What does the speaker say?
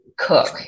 cook